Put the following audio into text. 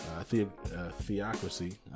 theocracy